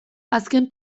azken